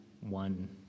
one